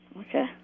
Okay